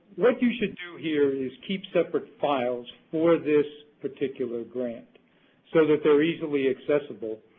what you should do here is keep separate files for this particular grant so that they're easily accessible.